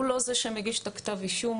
הוא לא זה שמגיש את כתב האישום.